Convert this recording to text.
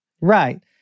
Right